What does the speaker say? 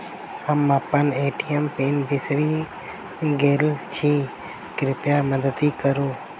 हम अप्पन ATM PIN बिसरि गेल छी कृपया मददि करू